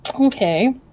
Okay